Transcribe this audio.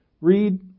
read